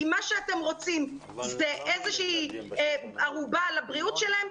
אם מה שאתם רוצים זה ערובה על הבריאות שלהם.